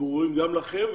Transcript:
וברורים גם לכם.